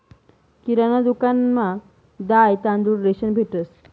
किराणा दुकानमा दाय, तांदूय, रेशन भेटंस